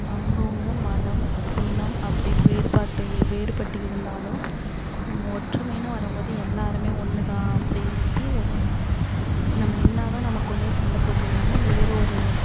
அவுங்கவங்க மதம் இனம் அப்படின்னு வேறுபாட்டு வேறுபட்டு இருந்தாலும் நம்ம ஒற்றுமைன்னு வரும்போது எல்லோருமே ஒன்றுதான் அப்படிங்கிறது ஒரு நம்ம என்னதான் நமக்குள்ளே சண்டை போட்டிருந்தாலும் வேறு ஒரு